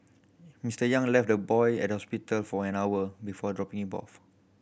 Mister Yang left the boy at the hospital for an hour before dropping him off